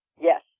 Yes